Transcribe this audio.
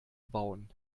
bauen